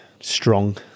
Strong